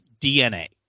dna